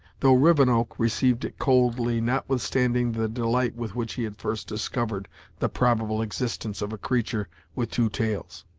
though rivenoak received it coldly, notwithstanding the delight with which he had first discovered the probable existence of a creature with two tails.